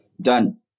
done